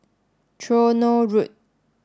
Tronoh Road